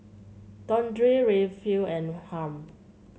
Deondre Rayfield and Harm